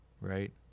right